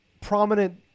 prominent